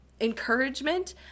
encouragement